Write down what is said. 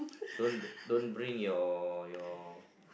don't don't bring your your